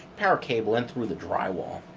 power cable in through the drywall.